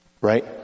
right